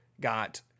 got